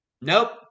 nope